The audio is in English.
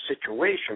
situation